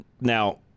Now